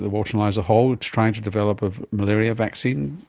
the walter and eliza hall, trying to develop a malaria vaccine.